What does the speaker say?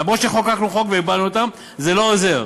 אף שחוקקנו חוק והגבלנו אותם, זה לא עוזר.